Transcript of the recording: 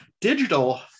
digital